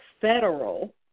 federal